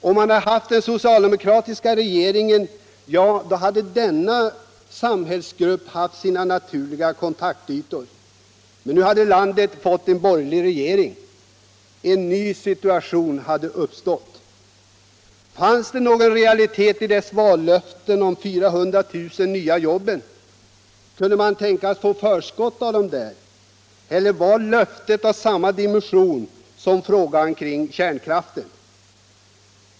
Om man haft den socialdemokratiska regeringen, ja. då hade denna samhällsgrupp haft sina naturliga kontaktytor. Nu hade landet en borgerlig regeringen. En ny situation hade uppstått. Fanns det någon realitet Allmänpolitisk debatt Allmänpolitisk debatt i vallöftena om 400 000 nya jobb? Kunde man tänkas få förskott av dessa? Eller var löftet av samma slag som löftena i kärnkraftsfrågan?